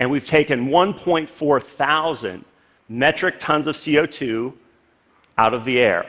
and we've taken one point four thousand metric tons of c o two out of the air.